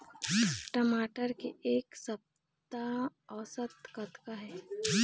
टमाटर के एक सप्ता औसत कतका हे?